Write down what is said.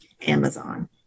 Amazon